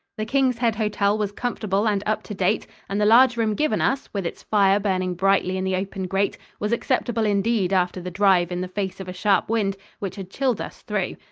the king's head hotel was comfortable and up-to-date, and the large room given us, with its fire burning brightly in the open grate, was acceptable indeed after the drive in the face of a sharp wind, which had chilled us through.